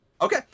Okay